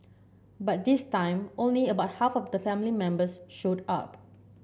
but this time only about half of the family members showed up